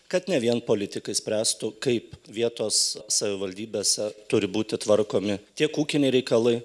kad ne vien politikai spręstų kaip vietos savivaldybėse turi būti tvarkomi tiek ūkiniai reikalai